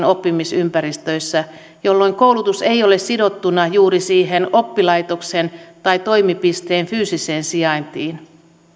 oppimisympäristöissä jolloin koulutus ei ole sidottuna juuri siihen oppilaitoksen tai toimipisteen fyysiseen sijaintiin